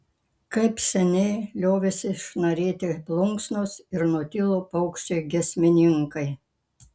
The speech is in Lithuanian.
kaip seniai liovėsi šnarėti plunksnos ir nutilo paukščiai giesmininkai